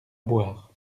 boire